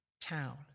town